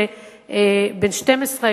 בן 12,